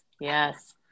Yes